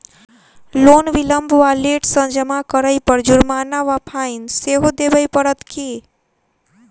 Loan विलंब वा late सँ जमा करै पर जुर्माना वा फाइन सेहो देबै पड़त की?